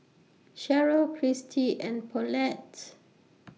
Cheryle Christy and Paulette